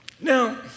Now